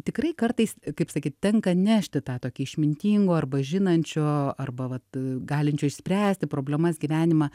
tikrai kartais kaip sakyt tenka nešti tą tokį išmintingo arba žinančio arba vat galinčio išspręsti problemas gyvenimą